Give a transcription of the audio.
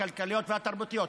הכלכליות והתרבותיות,